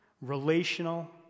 relational